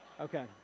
Okay